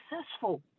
successful